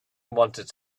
wanted